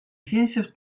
ciències